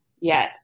Yes